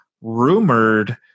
rumored